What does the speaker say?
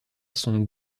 son